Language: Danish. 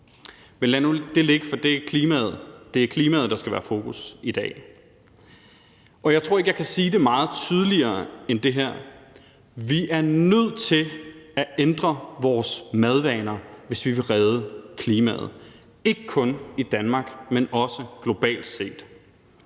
lad nu det ligge, for det er klimaet, der skal være i fokus i dag. Og jeg tror ikke, jeg kan sige det meget tydeligere end det her: Vi er nødt til at ændre vores madvaner, hvis vi vil redde klimaet, ikke kun i Danmark, men også globalt set.